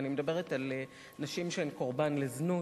ואני מדברת על נשים שהן קורבן לזנות,